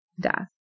death